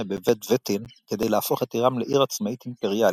בבית וטין כדי להפוך את עירם לעיר עצמאית אימפריאלית.